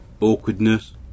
awkwardness